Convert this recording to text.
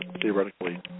theoretically